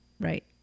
Right